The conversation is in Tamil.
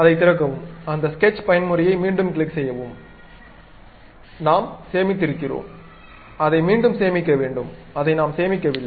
அதைத் திறக்கவும் அந்த ஸ்கெட்ச் பயன்முறையை மீண்டும் கிளிக் செய்யும் நேரத்தில் நாம் சேமித்திருக்கிறோம் அதை மீண்டும் சேமிக்க வேண்டும் அதை நாம் சேமிக்கவில்லை